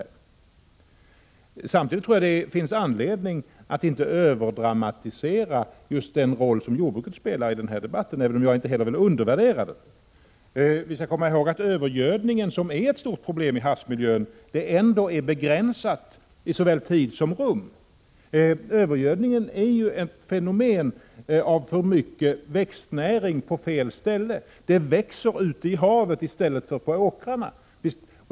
Jag tror samtidigt det finns anledning att inte överdramatisera den roll som jordbruket spelar här, även om jag inte heller vill undervärdera den. Övergödningen är ett stort problem i havsmiljön, men den är ändå begränsad i såväl tid som rum. Den är ett fenomen som innebär för mycket växtnäring på fel ställe — det växer ute i havet i stället för på åkrarna.